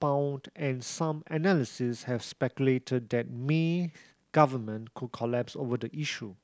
pound and some analyst have speculated that May government could collapse over the issue